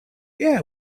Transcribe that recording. yeah